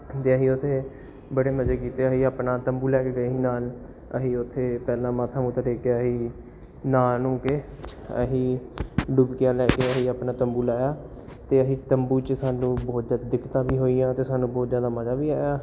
ਅਤੇ ਅਸੀਂ ਓਥੇ ਬੜੇ ਮਜ਼ੇ ਕੀਤੇ ਅਸੀਂ ਆਪਣਾ ਤੰਬੂ ਲੈ ਕੇ ਗਏ ਸੀ ਨਾਲ ਅਸੀਂ ਓਥੇ ਪਹਿਲਾਂ ਮੱਥਾ ਮੁਥਾ ਟੇਕਿਆ ਸੀ ਨਹਾ ਨਹੂ ਕੇ ਅਸੀਂ ਡੁੱਬਕੀਆਂ ਲੈ ਕੇ ਅਸੀਂ ਆਪਣਾ ਤੰਬੂ ਲਾਇਆ ਅਤੇ ਅਸੀਂ ਤੰਬੂ 'ਚ ਸਾਨੂੰ ਬਹੁਤ ਜ਼ਿਆਦਾ ਦਿੱਕਤਾਂ ਵੀ ਹੋਈਆਂ ਅਤੇ ਸਾਨੂੰ ਬਹੁਤ ਜ਼ਿਆਦਾ ਮਜ਼ਾ ਵੀ ਆਇਆ